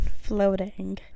Floating